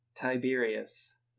Tiberius